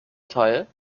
teil